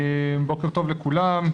בוקר טוב לכולם,